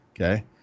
Okay